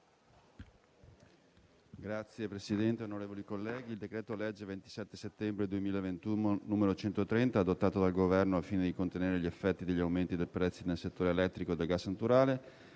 Signor Presidente, onorevoli colleghi, il decreto-legge 27 settembre 2021, n. 130, adottato dal Governo al fine di contenere gli effetti degli aumenti dei prezzi nel settore elettrico e del gas naturale,